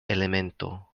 elemento